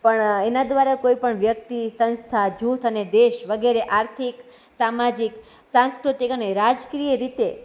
પણ એના દ્વારા કોઈપણ વ્યક્તિ સંસ્થા જૂથ અને દેશ વગેરે આર્થિક સામાજિક સાંસ્કૃતિક અને રાજકીય રીતે